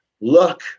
luck